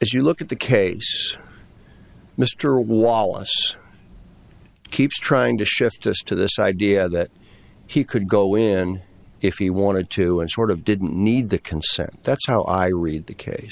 if you look at the case mr wallace keeps trying to shift us to this idea that he could go in if he wanted to and sort of didn't need the consent that's how i read the case